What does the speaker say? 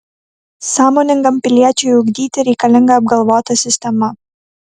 sąmoningam piliečiui ugdyti reikalinga apgalvota sistema